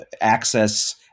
access